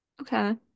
Okay